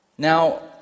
Now